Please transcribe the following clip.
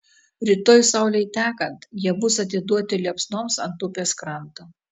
rytoj saulei tekant jie bus atiduoti liepsnoms ant upės kranto